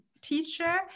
teacher